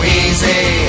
easy